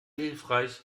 hilfreich